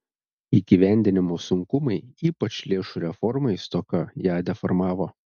įgyvendinimo sunkumai ypač lėšų reformai stoka ją deformavo